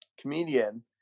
comedian